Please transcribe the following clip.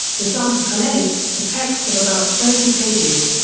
this article eight, a text of about thirty pages,